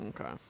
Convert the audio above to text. Okay